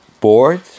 board